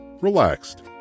relaxed